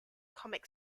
comic